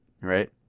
right